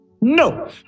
No